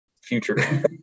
future